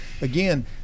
again